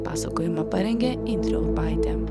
pasakojimą parengė indrė urbaitė